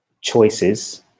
choices